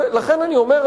לכן אני אומר,